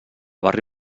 barri